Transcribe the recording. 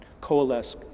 coalesce